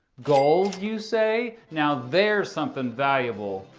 gold, you say? now there's something valuable.